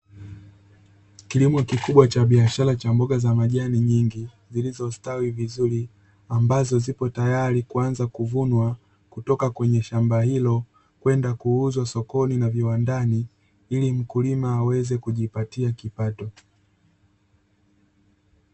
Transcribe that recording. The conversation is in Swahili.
Kilimo kikubwa cha biashara cha mboga za majani nyingi zilizostawi vizuri, ambazo zipo tayari kuanza kuvunwa kutoka kwenye shamba hilo kwenda kuuzwa sokoni na viwandani, ili mkulima aweze kujipatia kipato.